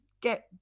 get